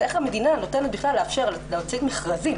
אז איך המדינה מאפשרת בכלל להוציא מכרזים